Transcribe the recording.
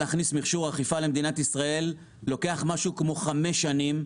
להכניס מכשור אכיפה למדינת ישראל לוקח משהו כמו חמש שנים.